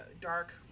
dark